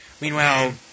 Meanwhile